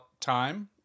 time